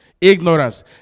Ignorance